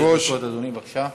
עד שלוש דקות, אדוני, בבקשה.